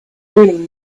really